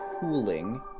cooling